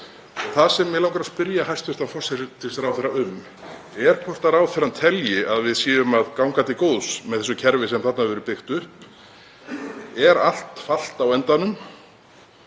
Það sem mig langar að spyrja hæstv. forsætisráðherra um er hvort hún telji að við séum að ganga til góðs með þessu kerfi sem þarna hefur verið byggt upp. Er allt falt á endanum